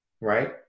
right